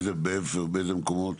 באיזה מקומות?